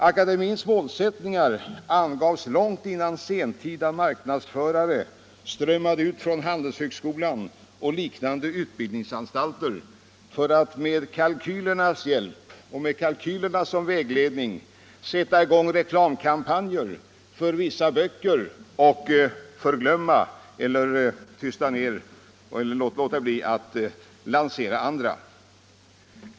Akademiens målsättningar angavs långt innan sentida marknadsförare strömmade ut från handelshögskolorna och liknande utbildningsanstalter för att med kalkylernas vägledning sätta i gång reklamkampanjer för vissa böcker och låta bli att lansera andra.